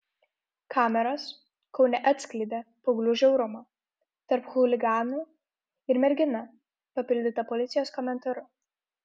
kameros kaune atskleidė paauglių žiaurumą tarp chuliganų ir mergina papildyta policijos komentaru